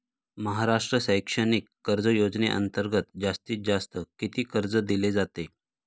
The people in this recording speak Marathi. महाराष्ट्र शैक्षणिक कर्ज योजनेअंतर्गत जास्तीत जास्त किती कर्ज दिले जाते?